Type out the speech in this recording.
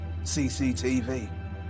CCTV